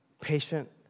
patient